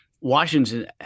Washington